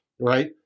right